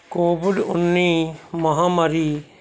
Covid ਉੱਨੀ ਮਹਾਂਮਾਰੀ